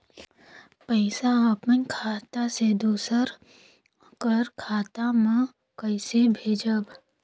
पइसा अपन खाता से दूसर कर खाता म कइसे भेजब?